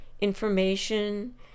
information